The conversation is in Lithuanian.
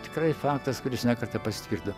tikrai faktas kuris ne kartą pasitvirtino